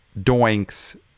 doinks